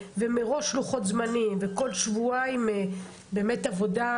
מראש לוחות זמנים וכל שבועיים באמת עבודה,